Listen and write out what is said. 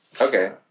Okay